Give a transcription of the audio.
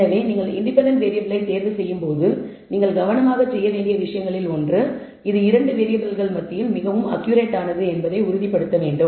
எனவே நீங்கள் இண்டிபெண்டன்ட் வேரியபிளை தேர்வு செய்யும்போது நீங்கள் கவனமாகச் செய்ய வேண்டிய விஷயங்களில் ஒன்று இது 2 வேரியபிள்கள் மத்தியில் மிகவும் அக்கியூரேட் ஆனது என்பதை உறுதிப்படுத்த வேண்டும்